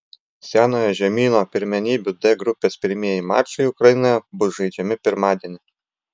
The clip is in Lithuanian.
senojo žemyno pirmenybių d grupės pirmieji mačai ukrainoje bus žaidžiami pirmadienį